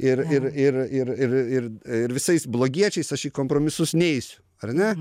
ir ir ir ir ir ir ir visais blogiečiais aš į kompromisus neisiu ar ne